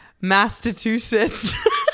Massachusetts